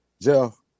Jeff